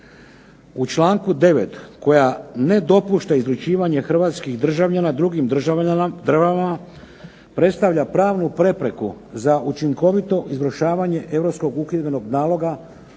u članku 9. koja ne dopušta izručivanje Hrvatskih državljana drugim državama, predstavlja pravnu prepreku za učinkovito izvršavanje Europskog uhidbenog naloga